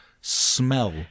smell